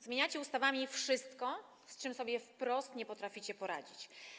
Zmieniacie ustawami wszystko, z czym sobie wprost nie potraficie poradzić.